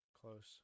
Close